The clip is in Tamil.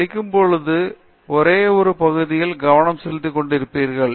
டி படிக்கும்பொழுது ஒரே ஒரு பகுதியில் கவனம் கொண்டிருப்பீர்கள்